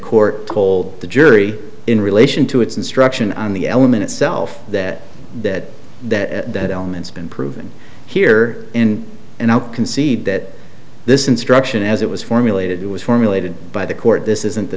court told the jury in relation to its instruction on the element itself that that that elements been proven here in and i'll concede that this instruction as it was formulated was formulated by the court this isn't the